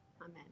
amen